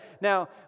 Now